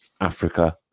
Africa